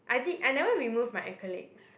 I did I never remove my acrylics